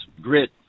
grit